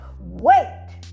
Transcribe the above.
Wait